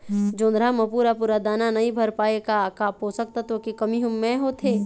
जोंधरा म पूरा पूरा दाना नई भर पाए का का पोषक तत्व के कमी मे होथे?